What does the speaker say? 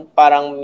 parang